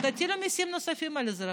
ותטילו מיסים נוספים על האזרחים.